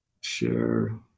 Share